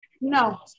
No